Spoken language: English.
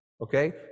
Okay